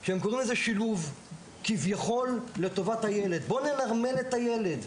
כי הם קוראים לזה שילוב כביכול לטובת הילד: בואו ננרמל את הילד.